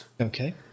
okay